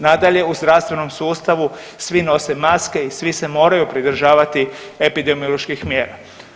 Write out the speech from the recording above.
Nadalje, u zdravstvenom sustavu svi nose maske i svi se moraju pridržavaju epidemioloških mjera.